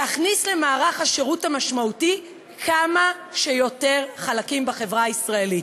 להכניס למערך השירות המשמעותי כמה שיותר חלקים בחברה הישראלית.